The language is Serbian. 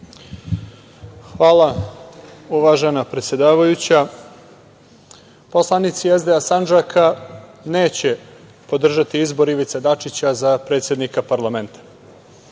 Hvala, uvažena predsedavajuća. Poslanici SDA Sandžaka neće podržati izbor Ivice Dačića za predsednika parlamenta.